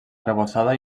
arrebossada